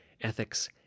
ethics